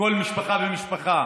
וכל משפחה ומשפחה.